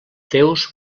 teus